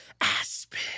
Aspen